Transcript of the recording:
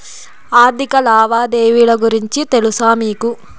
ఆర్థిక లావాదేవీల గురించి తెలుసా మీకు